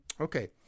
Okay